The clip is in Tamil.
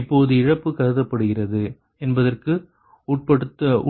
இப்பொழுது இழப்பு கருதப்படுகிறது என்பதற்கு